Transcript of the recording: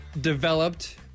developed